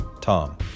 Tom